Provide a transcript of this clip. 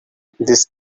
this